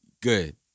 Good